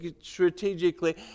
strategically